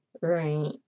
right